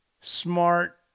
smart